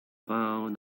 found